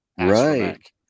Right